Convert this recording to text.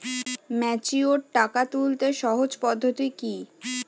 Mature টাকা তুলতে সহজ পদ্ধতি কি?